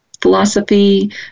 philosophy